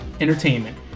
Entertainment